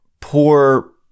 poor